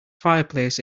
fireplace